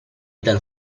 dal